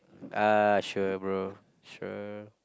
uh sure bro sure